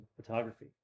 photography